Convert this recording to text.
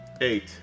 Eight